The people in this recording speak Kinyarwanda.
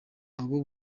abo